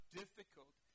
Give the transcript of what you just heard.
difficult